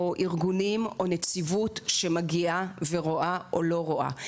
ארגונים או נציבות שמגיעה ורואה או לא רואה,